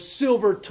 silver